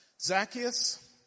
Zacchaeus